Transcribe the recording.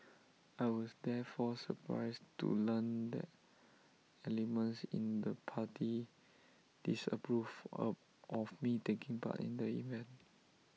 I was therefore surprised to learn that elements in the party disapproved of of me taking part in the event